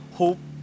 hope